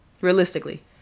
realistically